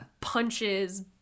punches